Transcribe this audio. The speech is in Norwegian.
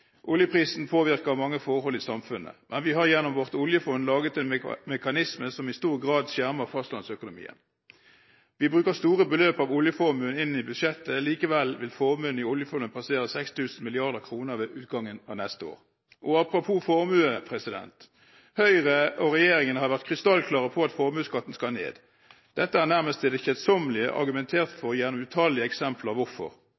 oljeprisen. Oljeprisen påvirker mange forhold i samfunnet. Vi har igjennom oljefondet laget en mekanisme som i stor grad skjermer fastlandsøkonomien. Vi legger store beløp av oljeformuen inn i budsjettet. Likevel vil formuen i oljefondet passere 6 000 mrd. kr ved utgangen av neste år. Apropos formue: Høyre og regjeringen har vært krystallklare på at formuesskatten skal ned, og hvorfor er nærmest til det kjedsommelige argumentert for i utallige eksempler. Skatten skal ikke